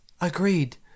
agreed